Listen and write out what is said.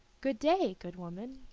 good-day, good woman,